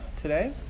today